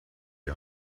die